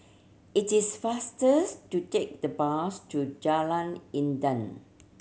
it is fasters to take the bus to Jalan Intan